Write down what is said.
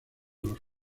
los